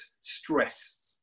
stressed